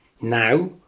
now